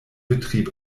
betrieb